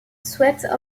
souhaitent